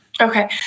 Okay